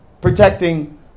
protecting